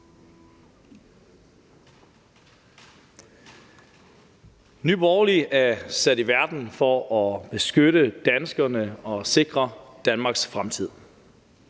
Nye Borgerlige er sat i verden for at beskytte danskerne og sikre Danmarks fremtid,